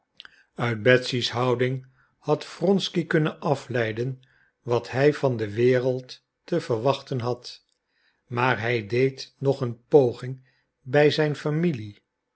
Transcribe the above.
uit betsy's houding had wronsky kunnen afleiden wat hij van de wereld te verwachten had maar hij deed nog een poging bij zijn familie